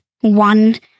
one